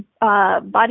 Body